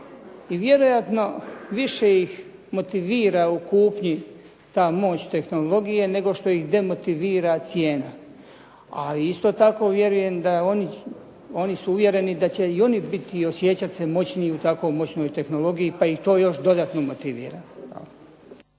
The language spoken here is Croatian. i vjerojatno više ih motivira u kupnji ta moć tehnologije nego što ih demotivira cijena. A isto tako vjerujem da oni su uvjereni da će i oni biti i osjećati se moćniji u tako moćnoj tehnologiji, pa ih to još dodatno motivira.